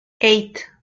eight